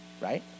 right